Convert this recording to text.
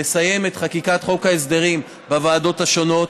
לסיים את חקיקת חוק ההסדרים בוועדות השונות.